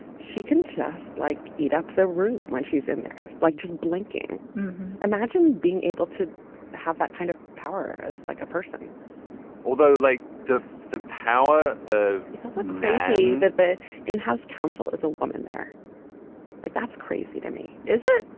she can just like eat up the room when she's in there like just blinking imagine being able to have that kind of power as like a person although like the the power of like nancy nancy that the in-house counsel is a woman they're like that's crazy to me is it.